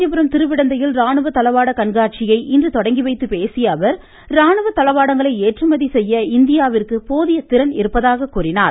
காஞ்சிபுரம் திருவிடந்தையில் ராணுவ தளவாட கண்காட்சியை இன்று தொடங்கி வைத்து பேசிய அவர் ராணுவ தளவாடங்களை ஏற்றுமதி செய்ய இந்தியாவிற்கு போதிய திறன் இருப்பதாக கூறினார்